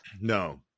No